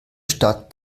stadt